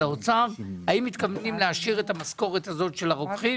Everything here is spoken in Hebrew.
מתכוונים להשאיר את המשכורת של הרוקחים,